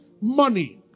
money